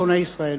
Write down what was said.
שונאי ישראל,